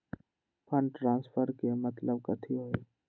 Fund transfer के मतलब कथी होई?